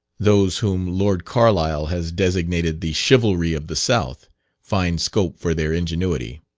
those whom lord carlisle has designated the chivalry of the south find scope for their ingenuity.